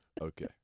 Okay